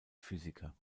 physiker